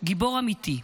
גיבור אמיתי,